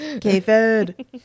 K-Food